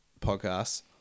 podcasts